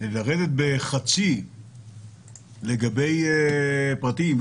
ולרדת בחצי לגבי פרטיים,